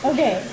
Okay